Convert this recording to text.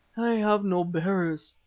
i have no bearers,